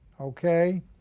okay